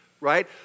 right